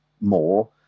more